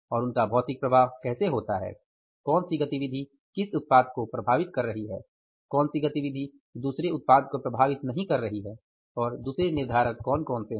और उनका भौतिक प्रवाह कैसे होता है कौन सी गतिविधि किस उत्पाद को प्रभावित कर रही है कौन सी गतिविधि दुसरे उत्पाद को प्रभावित नहीं कर रही है और दूसरे निर्धारक कौन कौन से हैं